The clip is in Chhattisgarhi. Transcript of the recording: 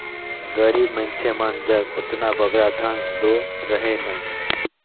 गरीब मइनसे मन जग ओतना बगरा धन दो रहें नई